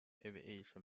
aviation